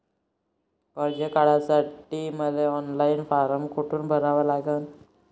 कर्ज काढासाठी मले ऑनलाईन फारम कोठून भरावा लागन?